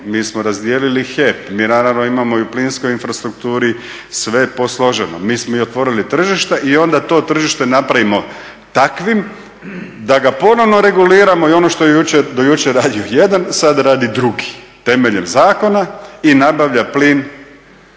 mi smo razdijelili HEP, mi naravno imamo i u plinskoj infrastrukturi sve posloženo, mi smo i otvorili tržište i onda to tržište napravimo takvim da ga ponovno reguliramo i ono što je do jučer radio jedan sada radi drugi temeljem zakona i nabavlja plin